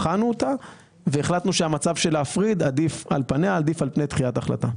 בחנו אותה והחלטנו שהמצב של הפרדה הוא עדיף על פני דחיית ההחלטה.